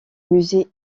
musée